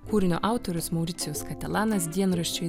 kūrinio autorius mauricijus katelanas dienraščiui